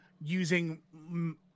using